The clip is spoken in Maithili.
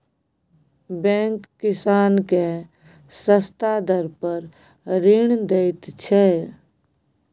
बैंक किसान केँ सस्ता दर पर ऋण दैत छै